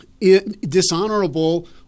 dishonorable